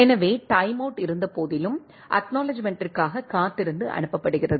எனவே டைம்அவுட் இருந்த போதிலும் அக்நாலெட்ஜ்மெண்ட்டிற்காக காத்திருந்து அனுப்பப்படுகிறது